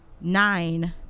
nine